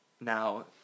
Now